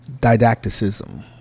didacticism